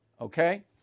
okay